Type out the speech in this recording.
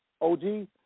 OG